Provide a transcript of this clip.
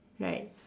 right